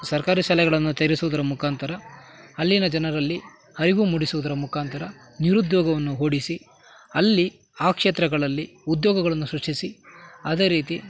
ಸರ್ಕಾರಿ ಶಾಲೆಗಳನ್ನು ತೆರೆಸುವುದರ ಮುಖಾಂತರ ಅಲ್ಲಿನ ಜನರಲ್ಲಿ ಅರಿವು ಮೂಡಿಸುವುದರ ಮುಖಾಂತರ ನಿರುದ್ಯೋಗವನ್ನು ಓಡಿಸಿ ಅಲ್ಲಿ ಆ ಕ್ಷೇತ್ರಗಳಲ್ಲಿ ಉದ್ಯೋಗಗಳನ್ನು ಸೃಷ್ಟಿಸಿ ಅದೇ ರೀತಿ